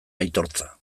aitortza